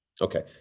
Okay